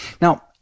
Now